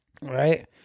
right